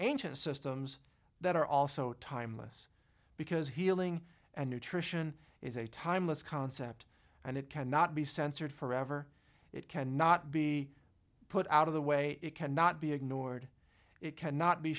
anxious systems that are also timeless because healing and nutrition is a timeless concept and it cannot be censored forever it cannot be put out of the way it cannot be ignored it cannot be